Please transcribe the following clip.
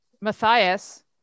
Matthias